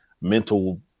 mental